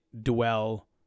dwell